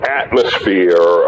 atmosphere